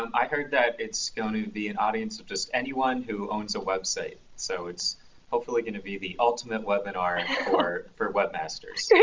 um i heard that it's going to be an audience of just anyone who owns a website, so it's hopefully going to be the ultimate webinar and for for webmasters. so